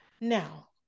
Now